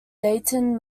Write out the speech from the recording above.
dayton